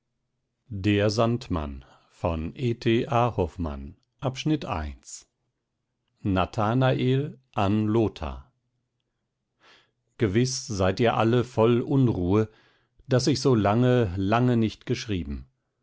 a hoffmann nathanael an lothar gewiß seid ihr alle voll unruhe daß ich so lange lange nicht geschrieben